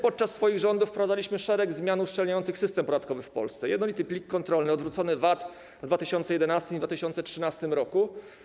Podczas swoich rządów wprowadzaliśmy szereg zmian uszczelniających system podatkowy w Polsce: jednolity plik kontrolny, odwrócony VAT w 2011 r. i w 2013 r.